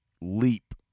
leap